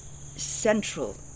central